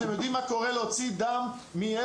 אתם יודעים מה קורה כשמוציאים דם מילד,